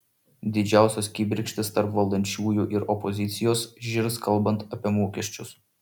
didžiausios kibirkštys tarp valdančiųjų ir opozicijos žirs kalbant apie mokesčius